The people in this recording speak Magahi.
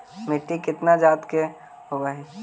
मिट्टी कितना जात के होब हय?